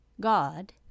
God